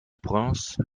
prince